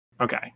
Okay